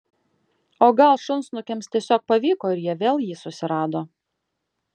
o gal šunsnukiams tiesiog pavyko ir jie vėl jį susirado